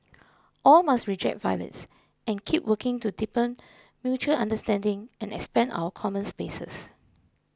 all must reject violence and keep working to deepen mutual understanding and expand our common spaces